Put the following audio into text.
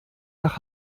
nach